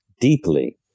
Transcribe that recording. deeply